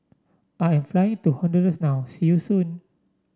I am flying to Honduras now see you soon